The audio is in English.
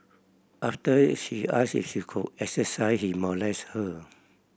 after she asked if she could exercise he molested her